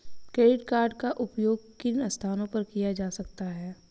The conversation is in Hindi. क्रेडिट कार्ड का उपयोग किन स्थानों पर किया जा सकता है?